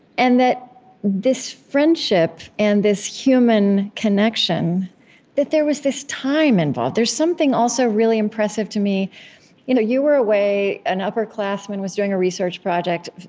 and that this friendship and this human connection that there was this time involved there's something, also, really impressive to me you know you were away an upperclassman was doing a research project,